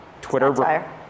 Twitter